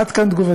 עד כאן תגובתי.